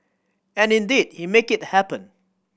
and indeed he make it happen